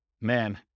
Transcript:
man